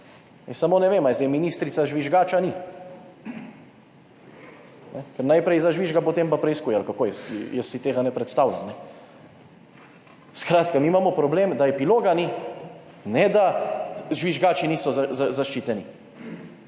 samo ne vem, ali je zdaj ministrica žvižgač ali ni, ker najprej zažvižga, potem pa preiskuje, ali kako, jaz si tega ne predstavljam. Skratka, mi imamo problem, da epiloga ni, ne, da žvižgači niso zaščiteni,